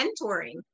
mentoring